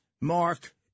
Mark